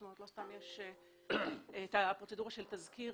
זאת אומרת, לא סתם יש את הפרוצדורה של תזכיר.